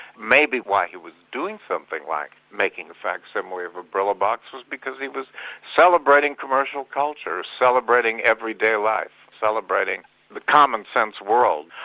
maybe why he was doing something like making a facsimile of a brillo box was because he was celebrating commercial culture, celebrating everyday life, celebrating the commonsense world,